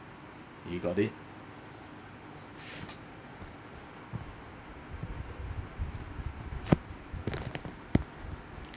you got it